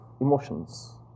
emotions